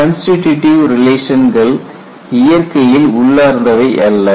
constitutive ரிலேஷன்கள் இயற்கையில் உள்ளார்ந்தவை அல்ல